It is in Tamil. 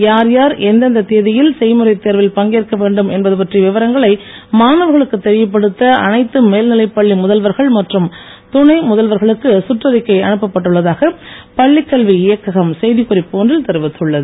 யார் யார் எந்தெந்த தேதியில் செய்முறைத் தேர்வில் பங்கேற்க வேண்டும் என்பது பற்றிய விவரங்களை மாணவர்களுக்கு தெரியப்படுத்த அனைத்து மேல்நிலைப் பள்ளி துணை முதல்வர்களுக்கு சுற்ற்றிக்கை அனுப்பப்பட்டுள்ளதாக பள்ளி கல்வி இயக்ககம் செய்திக்குறிப்பு ஒன்றில் தெரிவித்துள்ளது